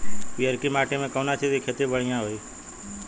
पियरकी माटी मे कउना चीज़ के खेती बढ़ियां होई?